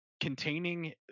containing